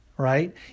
Right